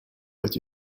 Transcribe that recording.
what